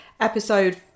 episode